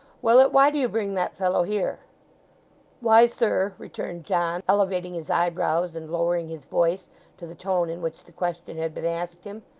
willet, why do you bring that fellow here why, sir returned john, elevating his eyebrows, and lowering his voice to the tone in which the question had been asked him,